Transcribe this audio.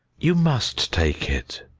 you must take it.